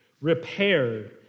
repaired